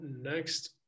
next